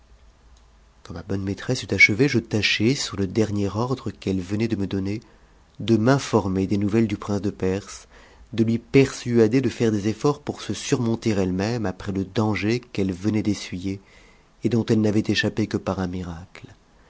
quand ma bonne maîtresse eut achevé je tachai sur le dernier ordre qu'elle venait de me donner de m'informer des nouvelles du prince de perse de lui persuader de faire des efforts pour se surmonter elle-même après le danger qu'elle venait d'essuyer et dont elle n'avait échappé que par un miracle